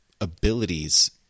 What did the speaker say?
abilities